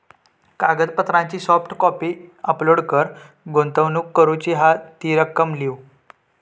कागदपत्रांची soft copy upload कर, गुंतवणूक करूची हा ती रक्कम लिव्ह